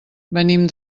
venim